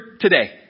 today